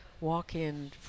walk-in